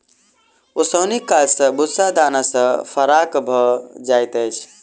ओसौनीक काज सॅ भूस्सा दाना सॅ फराक भ जाइत अछि